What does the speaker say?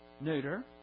neuter